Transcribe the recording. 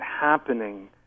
happening